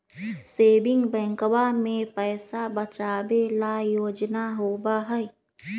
saving बैंकवा में पैसा बचावे ला योजना होबा हई